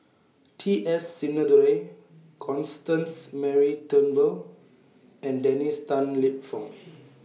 T S Sinnathuray Constance Mary Turnbull and Dennis Tan Lip Fong